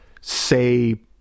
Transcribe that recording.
say